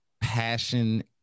passion